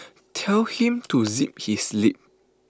tell him to zip his lip